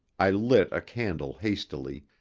i lit a candle hastily,